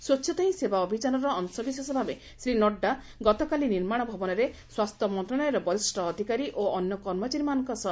ସ୍ୱଚ୍ଚତା ହି ସେବା ଅଭିଯାନର ଅଂଶବିଶେଷ ଭାବେ ଶ୍ରୀ ନଡ୍ରା ଗତକାଲି ନିର୍ମାଣ ଭବନରେ ସ୍ୱସ୍ଥ୍ୟ ମନ୍ତ୍ରଣାଳୟର ବରିଷ୍ଠ ଅଧିକାରୀ ଓ ଅନ୍ୟ କର୍ମଚାରୀମାନଙ୍କ ସହ ଶ୍ରମଦାନ କରିଥିଲେ